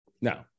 Now